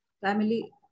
family